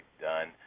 done